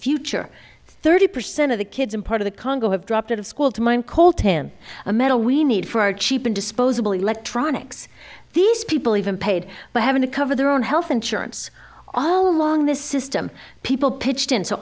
future thirty percent of the kids in part of the congo have dropped out of school to mine called him a metal we need for our cheap and disposable electronics these people even paid by having to cover their own health insurance all along this system people pitched in so